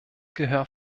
gehör